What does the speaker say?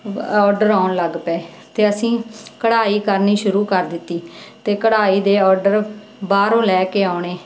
order ਆਉਣ ਲੱਗ ਪਏ ਅਤੇ ਅਸੀਂ ਕਢਾਈ ਕਰਨੀ ਸ਼ੁਰੂ ਕਰ ਦਿੱਤੀ ਅਤੇ ਕਢਾਈ ਦੇ ਓਰਡਰ ਬਾਹਰੋਂ ਲੈ ਕੇ ਆਉਣੇ